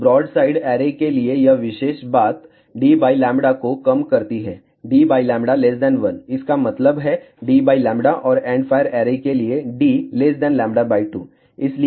तो broadside array के लिए यह विशेष बात d λको कम करती है d λ 1 इसका मतलब है d λ और एंडफायर ऐरे के लिए d λ 2